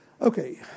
okay